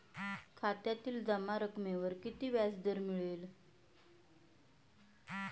खात्यातील जमा रकमेवर किती व्याजदर मिळेल?